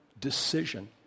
decision